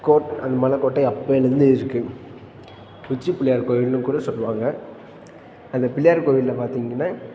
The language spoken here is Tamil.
கோப் அந்த மலைக்கோட்டை அப்போலேர்ந்தே இருக்குது உச்சிப் பிள்ளையார் கோவில்னு கூட சொல்வாங்க அந்த பிள்ளையார் கோவிலில் பார்த்திங்கன்னா